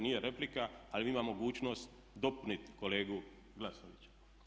Nije replika ali imam mogućnost dopuniti kolegu Glasnovića.